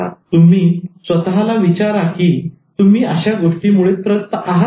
आता तुम्ही स्वतःला विचारा कि तुम्ही अशा गोष्टींमुळे त्रस्त आहात का